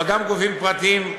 אבל גם גופים פרטיים,